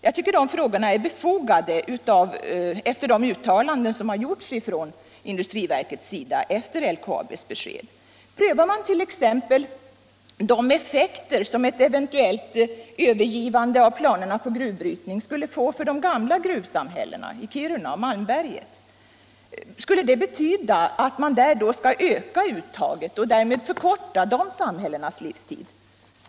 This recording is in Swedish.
Jag tycker att de frågorna är befogade mot bakgrund av de uttalanden som har gjorts från industriverkets sida efter LKAB:s besked. Prövar man t.ex. de effekter som ett eventuellt övergivande av planerna på gruvbrytning skulle få för de gamla gruvsamhällena — i Kiruna och Malmberget? Skulle det betyda att man där skulle öka uttaget och därmed förkorta dessa samhällens livstid?